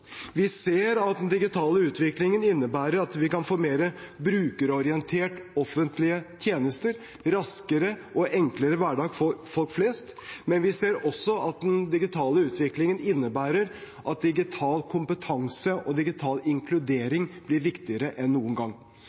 Vi ser at den digitale utviklingen innebærer at vi kan få mer brukerorienterte offentlige tjenester – raskere og enklere hverdag for folk flest – men vi ser også at den digitale utviklingen innebærer at digital kompetanse og digital inkludering blir viktigere enn noen gang.